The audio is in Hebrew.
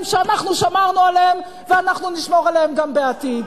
שאנחנו שמרנו עליהם ואנחנו נשמור עליהם גם בעתיד.